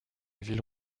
ville